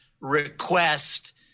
request